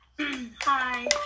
Hi